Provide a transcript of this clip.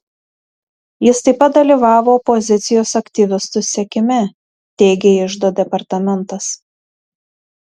jis taip pat dalyvavo opozicijos aktyvistų sekime teigė iždo departamentas